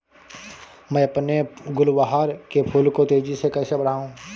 मैं अपने गुलवहार के फूल को तेजी से कैसे बढाऊं?